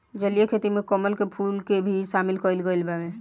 जलीय खेती में कमल के फूल के भी शामिल कईल गइल बावे